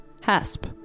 Hasp